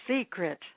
secret